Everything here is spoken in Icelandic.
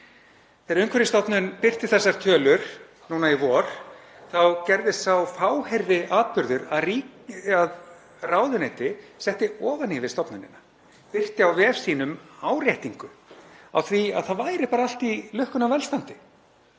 Þegar Umhverfisstofnun birti þessar tölur nú í vor gerðist sá fáheyrði atburður að ráðuneytið setti ofan í við stofnunina, birti á vef sínum áréttingu á því að það væri bara allt í lukkunnar velstandi,